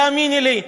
תאמיני לי,